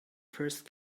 first